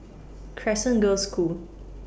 Crescent Girls' School